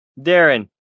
Darren